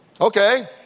Okay